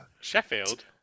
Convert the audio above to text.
Sheffield